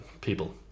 people